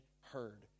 heard